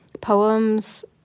poems